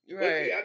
right